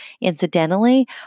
Incidentally